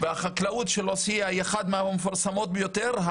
והחקלאות של עוספיה היא אחת מהמפורסמות ביותר.